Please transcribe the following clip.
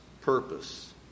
purpose